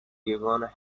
gibbon